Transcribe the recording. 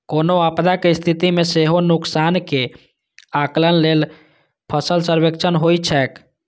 कोनो आपदाक स्थिति मे सेहो नुकसानक आकलन लेल फसल सर्वेक्षण होइत छैक